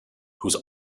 whose